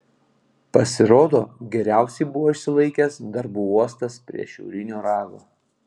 pasirodo geriausiai buvo išsilaikęs darbų uostas prie šiaurinio rago